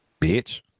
bitch